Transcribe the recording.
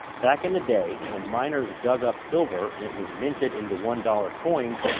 back in the day, when miners dug up silver and it was minted into one dollar coins,